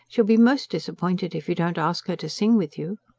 she'll be most disappointed if you don't ask her to sing with you.